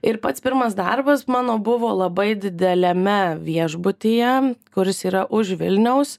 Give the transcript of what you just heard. ir pats pirmas darbas mano buvo labai dideliame viešbutyje kuris yra už vilniaus